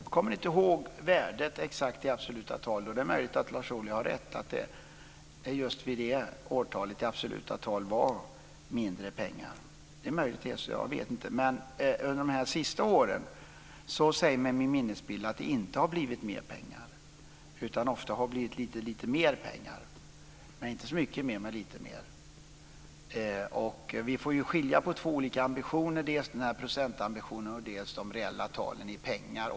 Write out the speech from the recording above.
Fru talman! Jag kommer inte ihåg det exakta värdet i absoluta tal. Det är möjligt att Lars Ohly har rätt. Det var kanske vid det årtalet som det i absoluta tal var mindre pengar. Det är möjligt, jag vet inte. Men under de senaste åren säger mig min minnesbild att det inte har blivit mindre pengar. Ofta har det blivit lite mer pengar, visserligen inte så mycket men lite mer. Vi får skilja på två olika ambitioner, dels procentambitionen, dels de reella talen i pengar.